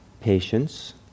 patience